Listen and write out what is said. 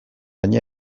buruz